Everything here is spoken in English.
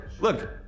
Look